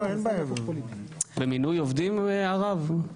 במינוי עובדים הרב?